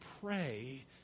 pray